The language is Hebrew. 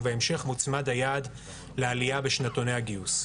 ובהמשך מוצמד היעד לעלייה בשנתוני הגיוס.